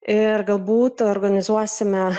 ir galbūt organizuosime